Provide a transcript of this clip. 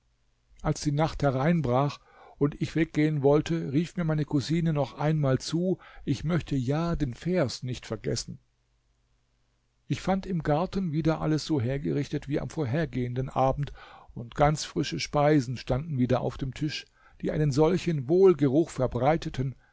als die nacht heranbrach und ich weggehen wollte rief mir meine cousine noch einmal zu ich möchte ja den vers nicht vergessen ich fand im garten wieder alles so hergerichtet wie am vorhergehenden abend und ganz frische speisen standen wieder auf dem tisch die einen solchen wohlgeruch verbreiteten